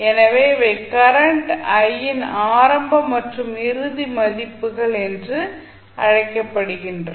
எனவே இவை current i இன் ஆரம்ப மற்றும் இறுதி மதிப்புகள் என்று அழைக்கப்படுகின்றன